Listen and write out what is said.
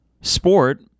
sport